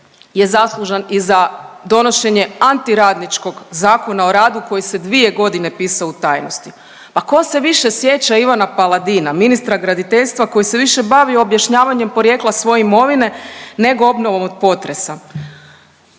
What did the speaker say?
je zaslužan i za donošenje antiradničkog Zakona o radu koji se 2.g. pisao u tajnosti. Pa ko se više sjeća Ivana Paladina, ministra graditeljstva koji se više bavio objašnjavanjem porijekla svoje imovine nego obnovom od potresa,